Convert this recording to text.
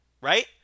right